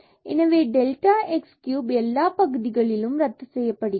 எனவே delta x cube எல்லா பகுதிகளிலும் ரத்து செய்யப்படுகிறது